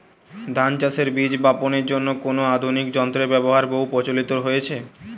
ধান চাষের বীজ বাপনের জন্য কোন আধুনিক যন্ত্রের ব্যাবহার বহু প্রচলিত হয়েছে?